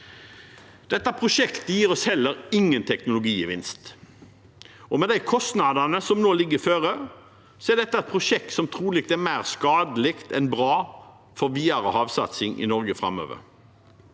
Dette prosjektet gir oss heller ingen teknologigevinst, og med de kostnadene som nå foreligger, er dette et prosjekt som trolig er mer skadelig enn bra for videre havvindsatsing i Norge framover.